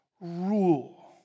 rule